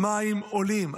המים עולים,